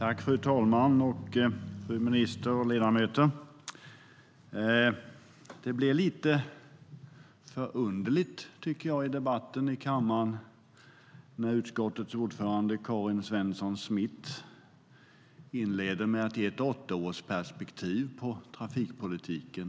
Fru talman, fru minister och ledamöter! Jag tycker att det blir lite förunderligt i debatten i kammaren när utskottets ordförande Karin Svensson Smith inleder med att ge ett åttaårsperspektiv på trafikpolitiken.